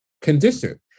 condition